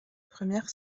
première